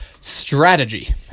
strategy